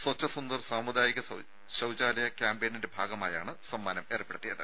സ്വച്ഛ സുന്ദർ സാമുദായിക ശൌചാലയ ക്യാമ്പയിനിന്റെ ഭാഗമായാണ് സമ്മാനം ഏർപ്പെടുത്തിയത്